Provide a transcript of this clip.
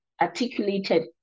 articulated